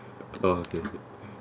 oh okay okay